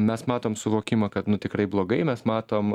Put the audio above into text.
mes matom suvokimą kad nu tikrai blogai mes matom